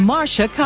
Marsha